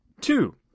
Two